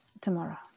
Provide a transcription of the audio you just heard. tomorrow